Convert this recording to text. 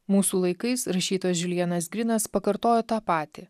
mūsų laikais rašytojas žiulijenas grinas pakartojo tą patį